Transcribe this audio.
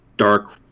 Dark